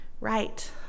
right